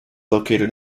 located